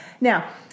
Now